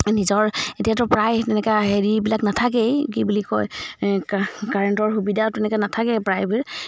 নিজৰ এতিয়াতো প্ৰায় তেনেকুৱা হেৰিবিলাক নাথাকেই কি বুলি কয় কাৰেণ্টৰ সুবিধাও তেনেকৈ নাথাকে প্ৰায়বোৰ